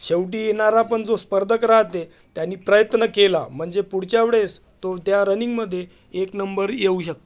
शेवटी येणारा पण जो स्पर्धक राहते त्यानी प्रयत्न केला म्हणजे पुढच्या वेळेस तो त्या रनिंगमध्ये एक नंबर येऊ शकतो